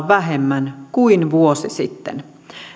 vähemmän kuin vuosi sitten